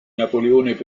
napoleone